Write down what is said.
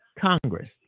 Congress